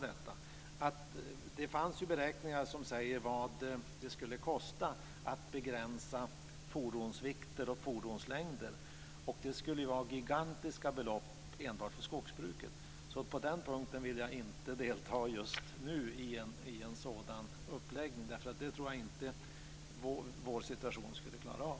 Det fanns beräkningar som sade vad det skulle kosta att begränsa fordonsvikter och fordonslängder. Det skulle vara gigantiska belopp enbart för skogsbruket. På den punkten vill jag inte just nu delta i en sådan uppläggning. Det tror jag inte att vår situation skulle klara av.